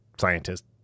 scientist